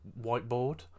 whiteboard